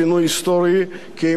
כי אם קיפאון חברתי.